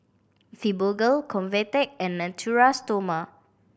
Fibogel Convatec and Natura Stoma